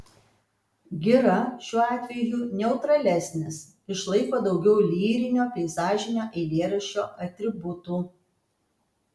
gira šiuo atveju neutralesnis išlaiko daugiau lyrinio peizažinio eilėraščio atributų